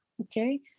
okay